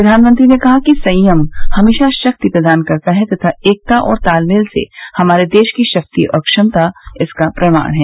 प्रधानमंत्री ने कहा कि संयम हमेशा शक्ति प्रदान करता है तथा एकता और तालमेल से हमारे देश की शक्ति और क्षमता इसका प्रमाण है